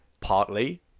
partly